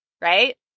Right